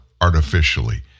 artificially